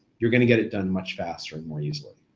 you're gonna get it done much faster and more easily.